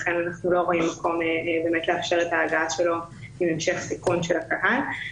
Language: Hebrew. לכן אנחנו לא רואים מקום לאפשר את ההגעה שלו עם המשך סיכון של הקהל.